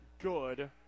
good